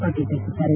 ಪಾಟೀಲ್ ತಿಳಿಸಿದ್ದಾರೆ